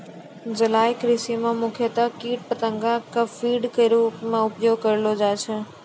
जलीय कृषि मॅ मुख्यतया कीट पतंगा कॅ फीड के रूप मॅ उपयोग करलो जाय छै